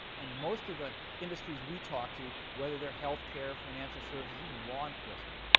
and most of the industries we talk to, whether they're healthcare, financial services, even law enforcement,